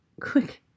quick